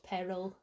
Peril